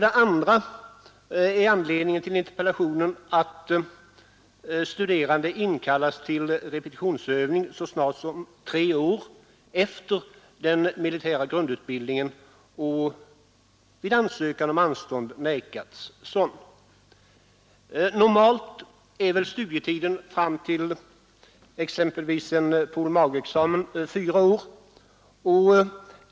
Den andra anledningen är att studerande inkallats till repetitionsövning så snart som tre år efter den militära grundutbildningen. Ansökan om anstånd har avslagits. Normalt är väl studietiden fram till exempelvis en pol. mag.-examen fyra år.